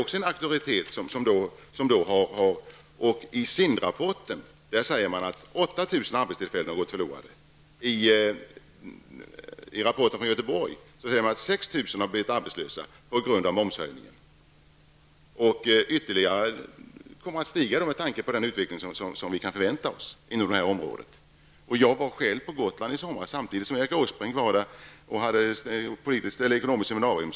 Han är också en auktoritet. I SIND-rapporten säger man att 8 000 arbetstillfällen har gått förlorade. I rapporten från Göteborg säger man att 6 000 har blivit arbetslösa på grund av momshöjningen. De siffrorna kommer att stiga ytterligare med tanke på den utveckling som vi kan förvänta på det här området. Jag var själv på Gotland i somras -- samtidigt som Erik Åsbrink var där och hade ekonomiskt seminarium.